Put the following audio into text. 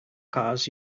cars